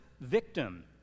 victim